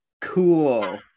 Cool